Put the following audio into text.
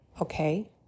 okay